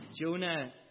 Jonah